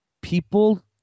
people